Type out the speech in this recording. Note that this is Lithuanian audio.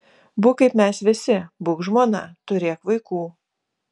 būk kaip mes visi būk žmona turėk vaikų